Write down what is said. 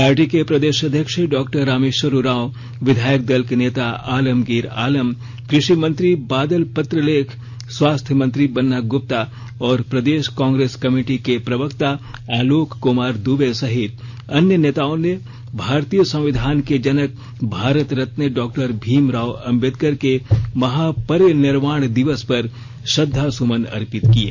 party के प्रदेश अध्यक्ष डॉ रामेश्वर उरांव विधायक दल नेता के आलमगीर आलम कृषि मंत्री बादल पत्रलेख स्वास्थ्य मंत्री बन्ना गुप्ता और प्रदेश कांग्रेस कमिटी के प्रवक्ता आलोक कुमार दूबे सहित अन्य नेताओं ने भारतीय संविधान के जनक भारत रत्न डॉ भीमराव अम्बेडकर के महापरिनिर्वाण दिवस पर श्रद्वांसुमन अर्पित किये